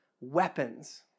weapons